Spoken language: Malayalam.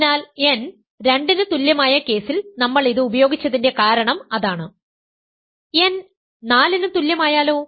അതിനാൽ n 2 ന് തുല്യമായ കേസിൽ നമ്മൾ ഇത് ഉപയോഗിച്ചതിന്റെ കാരണം അതാണ് n 4 ന് തുല്യം ആയാലോ